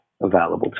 available